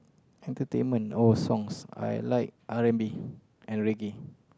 entertainment oh songs I like r-and-b and reggae